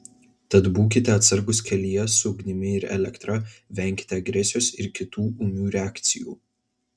tad būkite atsargūs kelyje su ugnimi ir elektra venkite agresijos ir kitų ūmių reakcijų